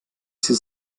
sie